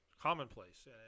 Commonplace